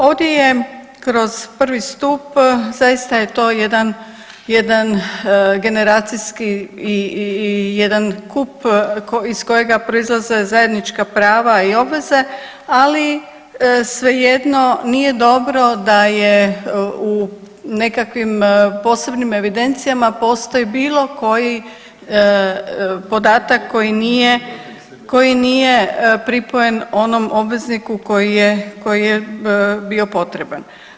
Ovdje je kroz prvi stup zaista je to jedan, jedan generacijski i jedan kup iz kojega proizlaze zajednička prava i obveze ali svejedno nije dobro da je u nekakvim posebnim evidencijama postoji bilo koji podatak koji nije, koji nije pripojen onom obvezniku koji je, koji je bio potreban.